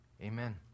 Amen